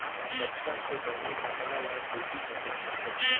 कपसा के बने कपड़ा ल सूती कपड़ा कथें